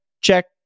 check